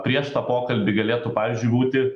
prieš tą pokalbį galėtų pavyzdžiui būti